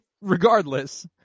Regardless